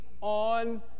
on